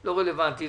לא רלוונטי.